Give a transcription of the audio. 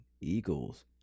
Eagles